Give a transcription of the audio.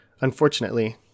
Unfortunately